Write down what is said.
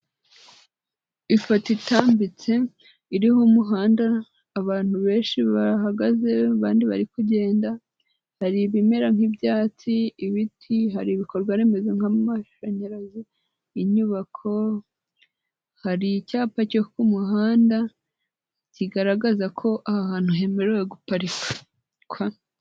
Ifoto itambitse iriho umuhanda, abantu benshi bahagaze abandi bari kugenda, hari ibimera nk'ibyatsi, ibiti, hari ibikorwa remezo nk'amashanyarazi, inyubako, hari icyapa cyo ku muhanda kigaragaza ko aha hantu hemerewe guparikwa.